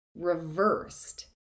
reversed